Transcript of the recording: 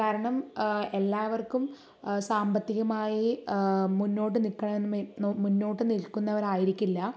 കാരണം എല്ലാവർക്കും സാമ്പത്തികമായി മുന്നോട്ട് നിക്കണമെന്നും മുന്നോട്ട് നിൽക്കുന്നവരായിരിക്കില്ല